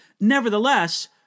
Nevertheless